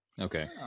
Okay